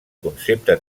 concepte